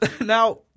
Now